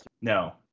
No